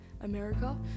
america